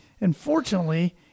Unfortunately